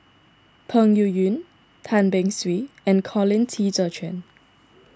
Peng Yuyun Tan Beng Swee and Colin Qi Zhe Quan